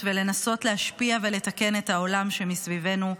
ולנסות להשפיע ולתקן את העולם שמסביבנו,